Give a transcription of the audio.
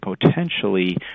potentially